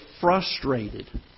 frustrated